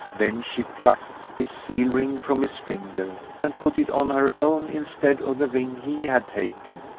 then she plucked his seal-ring from his finger, and put it on her own instead of the ring he had taken,